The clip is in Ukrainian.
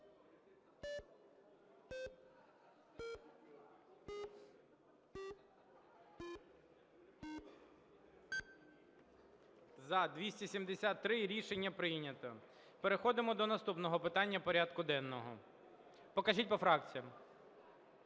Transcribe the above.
За – 273 Рішення прийнято. Переходимо до наступного питання порядку денного. Покажіть по фракціям.